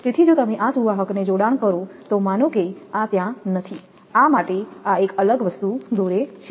તેથી જો તમે આ સુવાહકને જોડાણ કરો તો માનો કે આ ત્યાં નથી આ માટે આ એક અલગ વસ્તુ દોરે છે